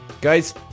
guys